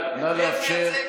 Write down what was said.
את מי את מייצגת,